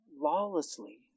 lawlessly